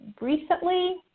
recently